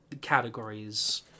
categories